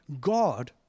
God